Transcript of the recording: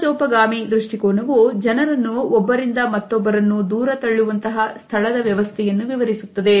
ಸಮಾಜೋಪಗಾಮಿ ದೃಷ್ಟಿಕೋನವು ಜನರನ್ನು ಒಬ್ಬರಿಂದ ಮತ್ತೊಬ್ಬರನ್ನು ದೂರ ತಳ್ಳುವಂತಹ ಸ್ಥಳದ ವ್ಯವಸ್ಥೆಯನ್ನು ವಿವರಿಸುತ್ತದೆ